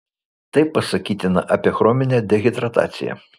tai pasakytina apie chroninę dehidrataciją